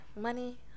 money